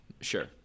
Sure